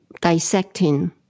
dissecting